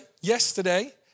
yesterday